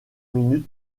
minutes